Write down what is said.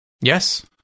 Yes